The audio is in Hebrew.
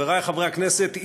חברי חברי הכנסת,